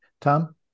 Tom